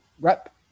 rep